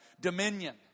dominion